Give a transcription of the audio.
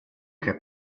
che